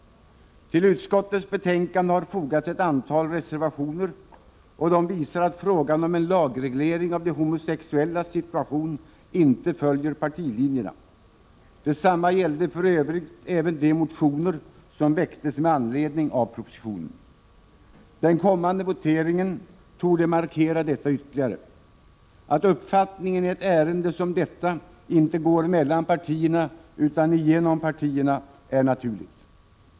Till utskottets betänkande har fogats ett antal reservationer. De visar att frågan om en lagreglering av de homosexuellas situation inte följer partilinjerna; detsamma gällde för övrigt även de motioner som väcktes med anledning av propositionen. Den kommande voteringen torde markera detta ytterligare. Att uppfattningarna i ett ärende som detta inte går mellan partierna utan genom partierna är naturligt.